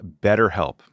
BetterHelp